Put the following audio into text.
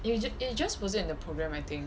it just it just wasn't in the program I think